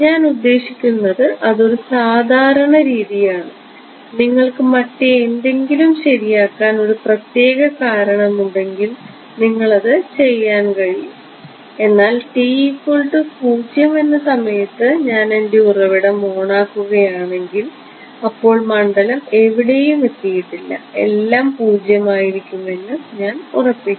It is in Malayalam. ഞാൻ ഉദ്ദേശിക്കുന്നത് അതൊരു സാധാരണ രീതിയാണ് നിങ്ങൾക്ക് മറ്റെന്തെങ്കിലും ശരിയാക്കാൻ ഒരു പ്രത്യേക കാരണമുണ്ടെങ്കിൽ നിങ്ങൾക്ക് അത് ചെയ്യാൻ കഴിയും എന്നാൽ t 0 എന്ന സമയത്ത് ഞാൻ എന്റെ ഉറവിടം ഓണാക്കുകയാണെങ്കിൽ അപ്പോൾ മണ്ഡലം എവിടെയും എത്തിയിട്ടില്ല എല്ലാം 0 ആയിരിക്കുമെന്ന് ഞാൻ ഉറപ്പിക്കും